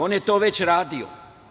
On je to već radio.